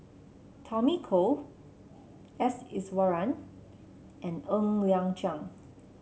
Tommy Koh S Iswaran and Ng Liang Chiang